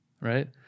right